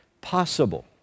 possible